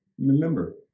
Remember